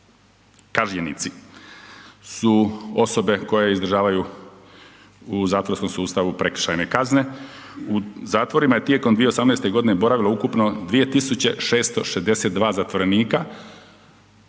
Kažnjenici su osobe koje izdržavaju u zatvorskom sustavu prekršajne kazne. U zatvorima je tijekom 2018. godine boravilo ukupno 2662 zatvorenika